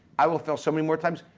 i will fail so many more times.